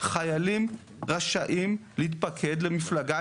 חיילים רשאים להתפקד למפלגה,